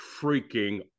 freaking